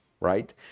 Right